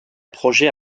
projets